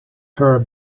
heard